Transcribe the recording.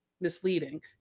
misleading